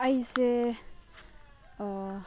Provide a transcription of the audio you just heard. ꯑꯩꯁꯦ